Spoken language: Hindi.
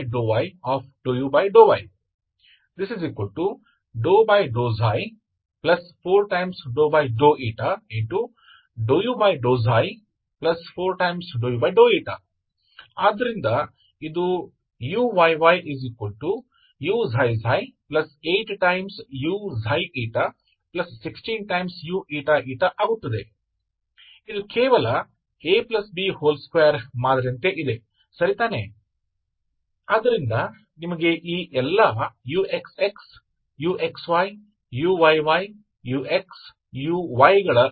जब आप विस्तार कर रहे होते हैं तो आप इसे देखते हैं इसलिए आपको सावधान रहना होगा कि क्या ये गुणांक xy के फंक्शनहैं ठीक है